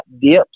dips